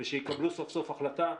ושיקבלו סוף סוף החלטה,